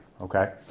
Okay